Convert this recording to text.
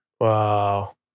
Wow